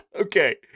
Okay